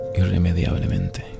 irremediablemente